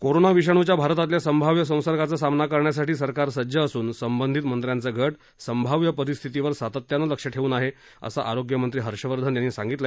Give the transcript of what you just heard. corona विषाणूच्या भारतातल्या संभाव्य संसर्गाचा सामना करण्यासाठी सरकार सज्ज असून संबंधित मंत्र्यांचा गट संभाव्य परिस्थितीवर सातत्यानं लक्ष ठेवून आहे असं आरोग्य मंत्री हर्षवर्धन यांनी सांगितलं